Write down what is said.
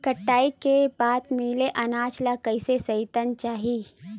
कटाई के बाद मिले अनाज ला कइसे संइतना चाही?